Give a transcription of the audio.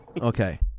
Okay